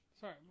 Sorry